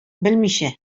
белмичә